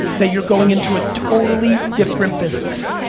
that you're going into a totally different business.